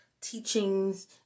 teachings